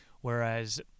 Whereas